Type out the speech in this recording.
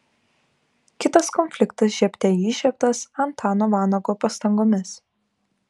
kitas konfliktas žiebte įžiebtas antano vanago pastangomis